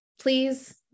please